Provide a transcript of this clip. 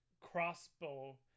crossbow